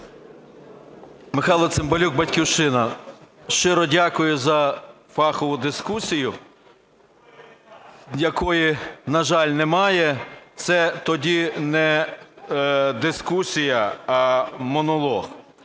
Михайло Цимбалюк, "Батьківщина". Щиро дякую за фахову дискусію, якої, на жаль, немає. Це тоді не дискусія, а монолог.